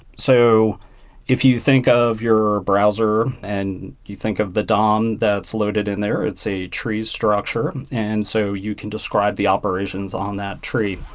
so if you think of your browser and you think of the dom that's loaded in there, it's a tree structure. and so you can describe the operations on that tree.